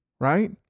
right